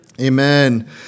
Amen